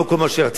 לא כל מה שרצית,